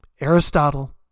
Aristotle